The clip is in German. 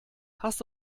hast